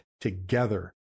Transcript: together